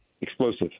Explosive